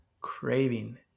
craving